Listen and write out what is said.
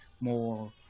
more